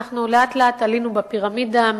לאט-לאט עלינו בפירמידה,